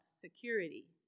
security